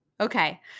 Okay